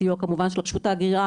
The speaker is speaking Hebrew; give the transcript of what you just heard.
בסיוע כמובן של רשות ההגירה.